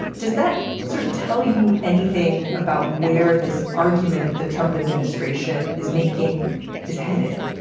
does that sort of tell you anything about where this argument the trump administration is making is headed?